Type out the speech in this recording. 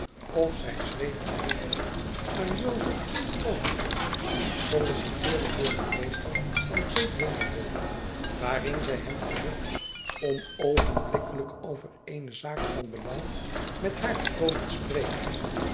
of zij schreef een briefje aan joseph overton solliciteur en burgemeester van great winglebury waarin zij hem verzocht om oogenblikkelijk over eene zaak van belang met haar te komen spreken